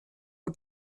von